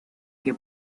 que